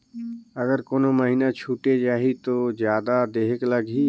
अगर कोनो महीना छुटे जाही तो जादा देहेक लगही?